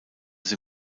sie